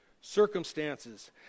circumstances